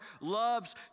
loves